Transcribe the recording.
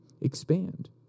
expand